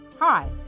Hi